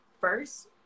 first